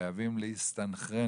חייבים להסתנכרן,